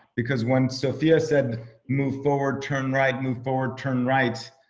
because when sofia said move forward, turn right move forward turn right.